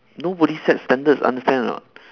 nobody sets standards understand or not